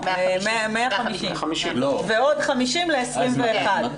150. 150 ועוד 50 ל-2021.